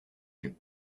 dieu